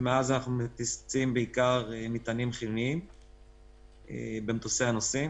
ומאז אנחנו מטיסים בעיקר מטענים חיוניים במטוסי הנוסעים.